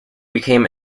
became